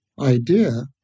idea